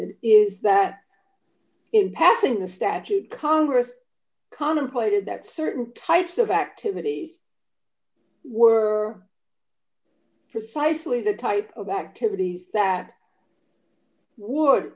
suggested is that in passing a statute congress contemplated that certain types of activities were precisely the type of activities that would